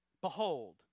Behold